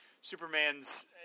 Superman's